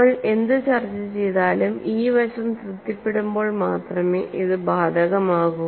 നമ്മൾ എന്ത് ചർച്ച ചെയ്താലും ഈ വശം തൃപ്തിപ്പെടുമ്പോൾ മാത്രമേ ഇത് ബാധകമാകൂ